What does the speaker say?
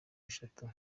eshatu